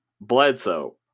Bledsoe